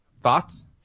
thoughts